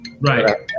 Right